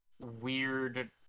weird